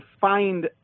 find